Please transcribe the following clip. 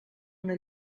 una